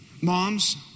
Moms